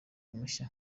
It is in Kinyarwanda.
mushya